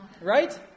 right